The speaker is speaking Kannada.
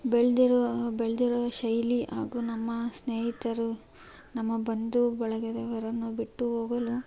ಬೆಳೆದಿರೋ ಬೆಳೆದಿರೋ ಶೈಲಿ ಹಾಗು ನಮ್ಮ ಸ್ನೇಹಿತರು ನಮ್ಮ ಬಂಧು ಬಳಗದವರನ್ನು ಬಿಟ್ಟು ಹೋಗಲು